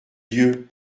dieu